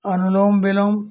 अनुलोम विलोम